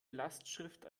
lastschrift